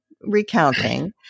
recounting